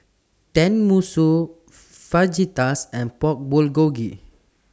Tenmusu Fajitas and Pork Bulgogi